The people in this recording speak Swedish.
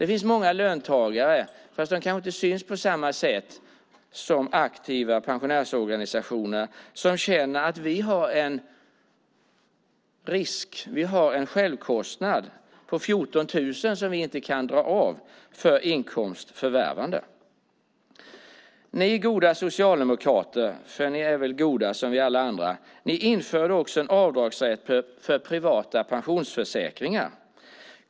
Det finns många löntagare, fast de kanske inte syns på samma sätt som aktiva i pensionärsorganisationerna, som anser att de har en självkostnad på 14 000 kronor som de inte kan dra av för inkomsts förvärvande. Ni goda socialdemokrater, för ni är väl goda liksom alla vi andra, införde också en avdragsrätt för privata pensionsförsäkringar.